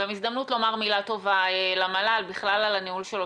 גם הזדמנות לומר מילה טובה למל"ל בכלל על הניהול שלו